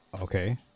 okay